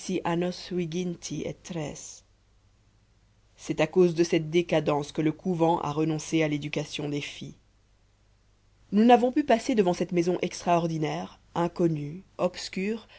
c'est à cause de cette décadence que le couvent a renoncé à l'éducation des filles nous n'avons pu passer devant cette maison extraordinaire inconnue obscure